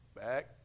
back